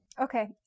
Okay